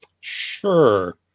Sure